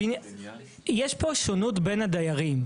יש פה שונות בין הדיירים.